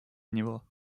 него